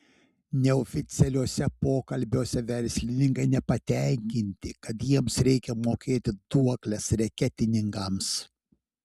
neoficialiuose pokalbiuose verslininkai nepatenkinti kad jiems reikia mokėti duokles reketininkams